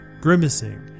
grimacing